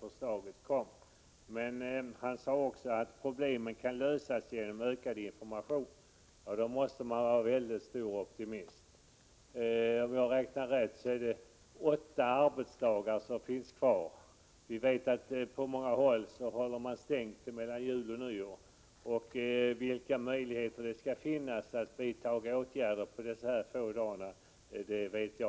förslaget kommer sent. Men han sade också att problemen kan lösas genom ökad information. Men då måste man vara en väldigt stor optimist. Om jag har räknat rätt, är det åtta arbetsdagar kvar. Vi vet att man på många håll håller stängt mellan jul och nyår. Jag vet inte vilka möjligheter det kan finnas att på dessa få dagar hinna vidta åtgärder.